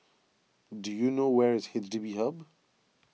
do you know where is H D B Hub